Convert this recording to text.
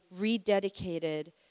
rededicated